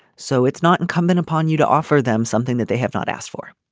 so it's not incumbent upon you to offer them something that they have not asked for.